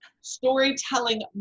storytelling